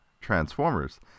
Transformers